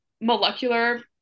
molecular